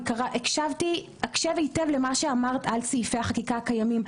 הקשבתי הקשב היטב למה שאמרת על סעיפי החקיקה הקיימים.